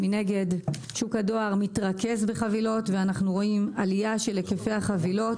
שוק הדואר מתרכז בחבילות ואנחנו רואים עלייה בהיקפי החבילות,